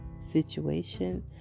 situation